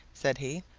said he.